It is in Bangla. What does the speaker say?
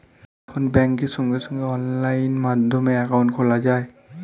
এখন ব্যাংকে সঙ্গে সঙ্গে অনলাইন মাধ্যমে অ্যাকাউন্ট খোলা যায়